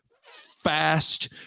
fast